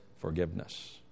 forgiveness